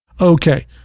Okay